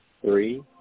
three